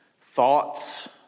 thoughts